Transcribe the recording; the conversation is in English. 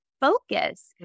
focus